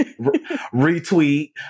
retweet